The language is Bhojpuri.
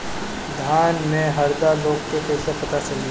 धान में हरदा रोग के कैसे पता चली?